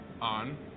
on